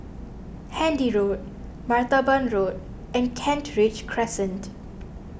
Handy Road Martaban Road and Kent Ridge Crescent